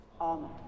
Amen